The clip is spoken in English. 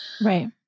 Right